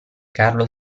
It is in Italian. carlo